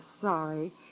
sorry